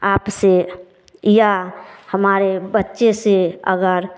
आपसे या हमारे बच्चे से अगर